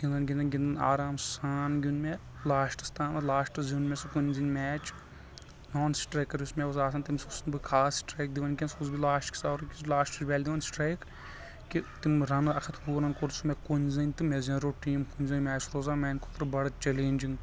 کُنۍ زٔنۍ گیوٚنٛد مےٚ آرام سان گیوٚنٛد مےٚ لاسٹس تامتھ لاسٹس زیوٗن مےٚ سُہ کُنۍ زٔنۍ میچ نان سٹریکر یُس مےٚ اوس آسان تٔمِس اوسُس نہٕ بہٕ خاص سٹرایک دِوان کینٛہہ سُہ اوسُس بہٕ لاستٕکِس اَورٕ کِس لاسٕچ بالہِ دِوان سٹرایِک کہِ تِم رنہٕ اکھ ہتھ وُہ کوٚر مےٚ سُہ کُنۍ زٔنۍ تہٕ مےٚ زینرٲو ٹیم کُنۍ زٕنۍ میچ سُہ روٗد میانہِ خٲطرٕ بڑٕ چیٚلیٖنجِنگ